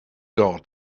gone